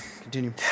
Continue